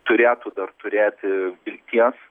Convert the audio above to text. turėtų dar turėti vilties